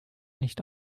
nicht